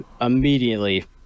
immediately